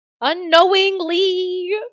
unknowingly